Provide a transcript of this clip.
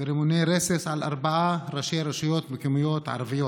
ורימוני רסס על ארבעה ראשי רשויות מקומיות ערביות: